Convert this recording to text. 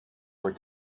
were